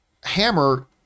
hammer